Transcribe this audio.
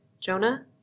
Jonah